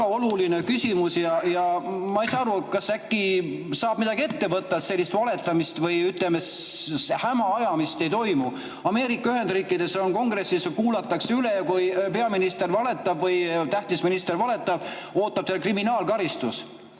oluline küsimus. Ja ma ei saa aru, kas äkki saab midagi ette võtta, et sellist valetamist või, ütleme, häma ajamist ei toimu. Ameerika Ühendriikides Kongressis kuulatakse üle ja kui peaminister valetab või tähtis minister valetab, siis ootab teda kriminaalkaristus.